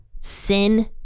sin